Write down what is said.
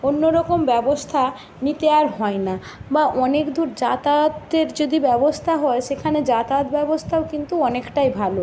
অন্য রকম ব্যবস্থা নিতে আর হয় না বা অনেক দূর যাতায়াতের যদি ব্যবস্থা হয় সেখানে যাতায়াত ব্যবস্থাও কিন্তু অনেকটাই ভালো